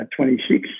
26